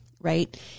right